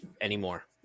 anymore